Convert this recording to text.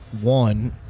one